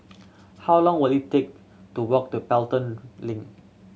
how long will it take to walk to Pelton Link